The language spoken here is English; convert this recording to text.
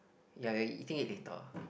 ya you are eating it later